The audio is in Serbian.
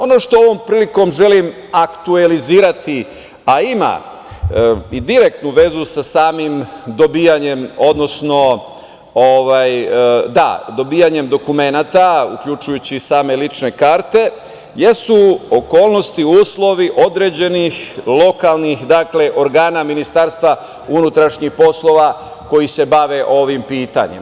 Ono što ovom prilikom želim aktuelizirati, a ima i direktnu vezu sa samim dobijanjem dokumenata, uključujući same lične karte, jesu okolnosti, uslovi određenih lokalnih organa Ministarstva unutrašnjih poslova koji se bave ovim pitanjem.